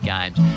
Games